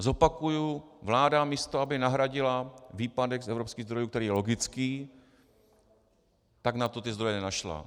Zopakuji: Vláda, místo aby nahradila výpadek z evropských zdrojů, který je logický, tak na to ty zdroje nenašla.